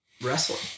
wrestling